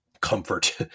comfort